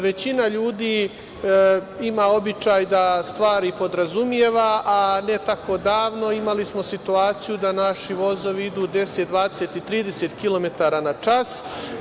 Većina ljudi ima običaj da stvari podrazumeva, a ne tako davno imali smo situaciju da naši vozovi idu 10, 20 i 30 km na čas.